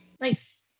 nice